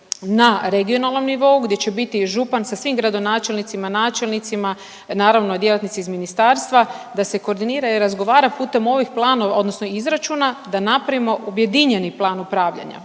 na regionalnom nivou gdje će biti župan sa svim gradonačelnicima, načelnicima, naravno djelatnici iz ministarstva da se koordinira i razgovara putem ovih planova odnosno izračuna da napravimo objedinjeni plan upravljanja